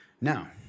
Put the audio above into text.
Now